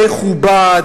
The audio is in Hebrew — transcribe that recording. מכובד,